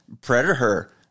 Predator